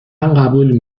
قبول